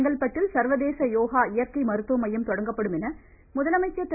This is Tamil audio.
செங்கல்பட்டில் சா்வதேச யோகா இயற்கை மருத்துவ மையம் தொடங்கப்படும் என்று முதலமைச்சர் திரு